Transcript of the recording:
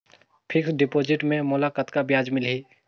Fixed deposit मे मोला कतका ब्याज मिलही?